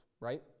right